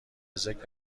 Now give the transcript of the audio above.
ذکر